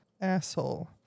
Asshole